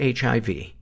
HIV